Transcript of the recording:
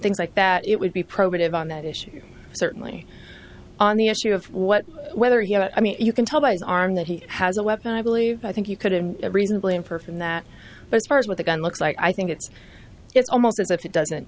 things like that it would be probative on that issue certainly on the issue of what whether you know i mean you can tell by his arm that he has a weapon i believe i think you could have reasonably infer from that but as far as what the gun looks like i think it's it's almost as if it doesn't